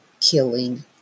killing